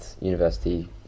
University